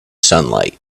sunlight